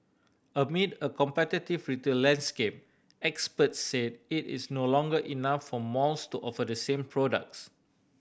amid a competitive retail landscape experts said it is no longer enough for malls to offer the same products